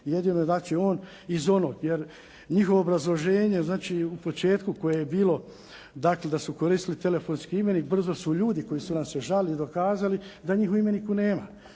Jedino je znači on iz onog jer njihovo obrazloženje u početku koje je bilo da su koristili telefonski imenik brzo su ljudi koji su nam se žalili dokazali da njih u imeniku nema.